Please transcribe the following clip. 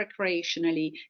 recreationally